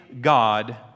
God